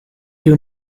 you